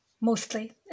mostly